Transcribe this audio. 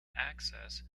access